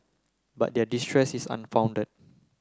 but their distress is unfounded